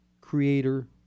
creator